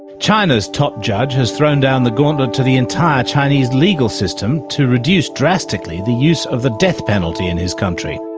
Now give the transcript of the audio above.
china's top judge has thrown down the gauntlet to the entire chinese legal system to reduce drastically the use of the death penalty in his country.